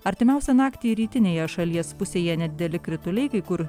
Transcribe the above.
artimiausią naktį rytinėje šalies pusėje nedideli krituliai kai kur